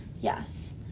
Yes